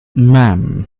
madam